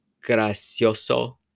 Gracioso